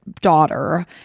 daughter